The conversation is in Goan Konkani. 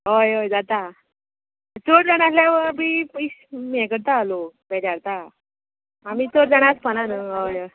हय हय जाता चड जाणां आसल्या व बी पयश हें करता लोक बेजारता आमी चड जाणां आसपा ना न्हू हय हय